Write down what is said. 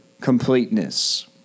completeness